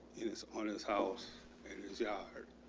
in his honor, his house and his yard.